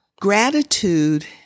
Gratitude